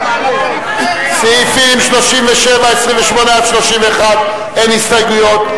סעיפים 37(28) (31) אין הסתייגויות.